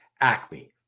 Acme